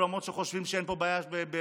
למרות שחושבים שאין פה בעיה בדיור